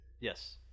Yes